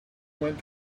went